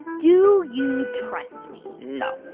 do you trust me? no